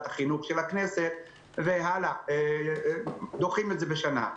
החינוך של הכנסת ואז דוחים את זה בשנה.